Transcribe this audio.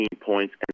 points